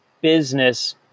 business